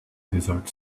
desert